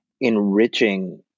enriching